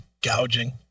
gouging